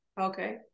okay